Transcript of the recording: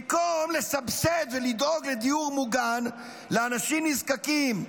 במקום לסבסד ולדאוג לדיור מוגן לאנשים נזקקים,